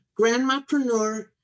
Grandmapreneur